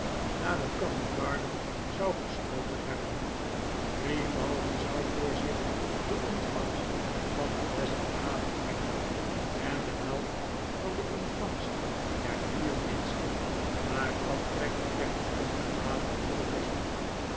nadat covent-garden zou gesloten hebben grimaldi zou voor zich de ontvangst van den besten avond hebben en de helft van de ontvangst der vier minste na aftrek van dertig pond per avond voor de kosten